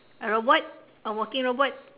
a robot a walking robot